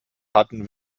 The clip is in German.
hatten